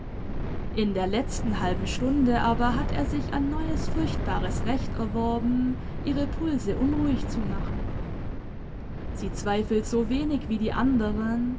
in der letzten halben stunde aber hat er sich ein neues furchtbares recht erworben ihre pulse unruhig zu machen sie zweifelt so wenig wie die anderen